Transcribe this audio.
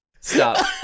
Stop